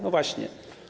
No właśnie.